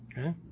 Okay